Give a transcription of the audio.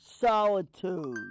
solitude